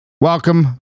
Welcome